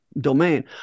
domain